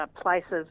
places